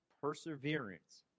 perseverance